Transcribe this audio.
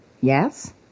Yes